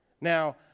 Now